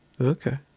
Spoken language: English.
Okay